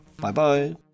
Bye-bye